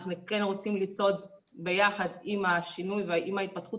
אנחנו כן רוצים לצעוד ביחד עם השינוי ועם ההתפתחות